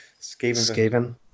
Skaven